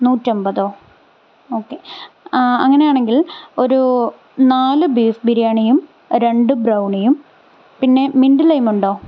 നൂറ്റൻപതോ okay അങ്ങനെയാണെങ്കിൽ ഒരൂ നാല് ബീഫ് ബിരിയാണിയും രണ്ട് ബ്രൌണിയും പിന്നെ മിൻറ്റ് ലൈമുണ്ടോ